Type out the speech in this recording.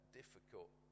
difficult